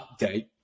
update